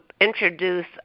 introduce